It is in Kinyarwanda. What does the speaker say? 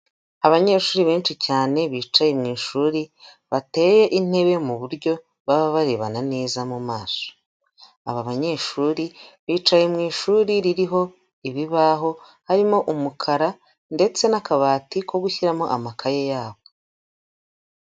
Abanyeshuri benshi cyane bicaye mu ishuri, bateye intebe mu buryo baba barebana neza mu maso, aba banyeshuri bicaye mu ishuri ririho ibibaho, harimo umukara ndetse n'akabati ko gushyiramo amakaye yabo.